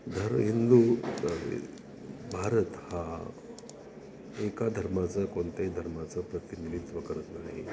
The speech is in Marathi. जर हिंदू भारत हा एका धर्माचं कोणत्याही धर्माचं प्रतिनिधित्व करत नाही